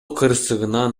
кырсыгынан